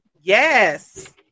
Yes